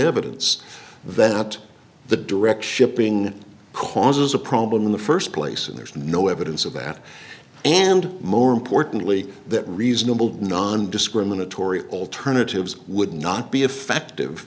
evidence that the direction of being causes a problem in the st place and there's no evidence of that and more importantly that reasonable nondiscriminatory alternatives would not be effective